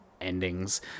endings